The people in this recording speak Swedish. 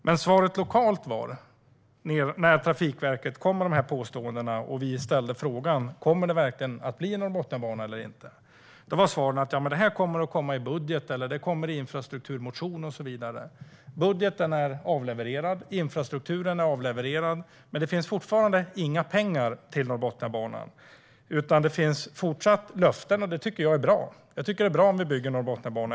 Men när Trafikverket kom med dessa påståenden och vi ställde frågan om huruvida det verkligen kommer att bli någon Norrbotniabana eller inte var svaret: Det här kommer att komma i budgeten eller i infrastrukturpropositionen och så vidare! Budgeten är avlevererad och infrastrukturpropositionen är avlevererad, men det finns fortfarande inga pengar till Norrbotniabanan. Det finns fortsatt löften, och det tycker jag är bra. Jag tycker att det är bra om vi bygger Norrbotniabanan.